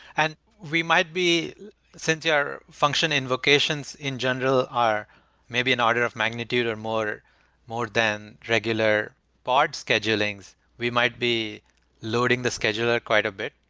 and we might be since your function invocations in general are maybe an order of magnitude or more more than regular part scheduling's, we might be loading the scheduler quite a bit.